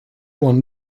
won